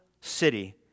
city